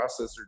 processor